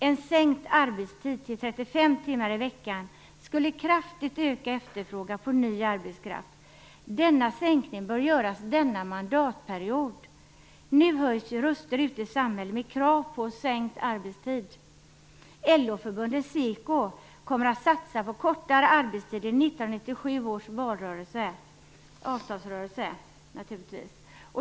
En sänkt arbetstid till 35 timmar i veckan skulle kraftigt öka efterfrågan på ny arbetskraft. Den sänkningen bör göras denna mandatperiod. Nu höjs röster ute i samhället med krav på sänkt arbetstid. LO-förbundet SEKO kommer att satsa på kortare arbetstid i 1997 års avtalsrörelse.